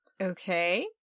okay